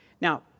Now